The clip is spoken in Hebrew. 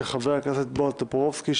של חבר הכנסת בועז טופורובסקי,